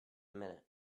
minute